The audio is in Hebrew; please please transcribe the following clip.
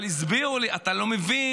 אבל הסבירו לי: אתה לא מבין,